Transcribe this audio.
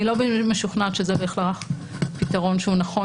כך שאני לא משוכנעת שזה בהכרח פתרון שהוא נכון